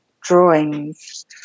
drawings